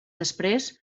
després